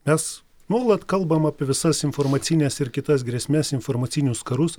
mes nuolat kalbam apie visas informacines ir kitas grėsmes informacinius karus